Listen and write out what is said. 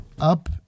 up